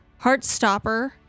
Heartstopper